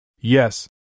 Yes